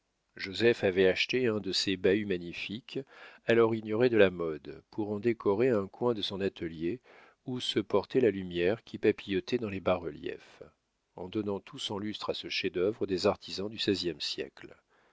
joseph avait acheté un de ces bahuts magnifiques alors ignorés de la mode pour en décorer un coin de son atelier où se portait la lumière qui papillotait dans les bas-reliefs en donnant tout son lustre à ce chef-d'œuvre des artisans du seizième siècle